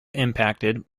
impacted